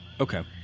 Okay